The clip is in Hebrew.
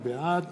בעד